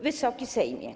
Wysoki Sejmie!